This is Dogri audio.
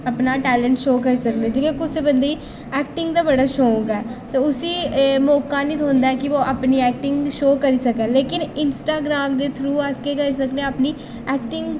अपना टैलेंट शो करी सकने जि'यां कुसै बंदे गी ऐक्टिंग दा बड़ा शौंक ऐ ते उस्सी मौका निं थ्होंदा ऐ कि ओह् अपनी ऐक्टिंग शो करी सकै लेकिन इंस्ट्राग्राम दे थ्रू अस केह् करी सकने आं अपनी ऐक्टिंग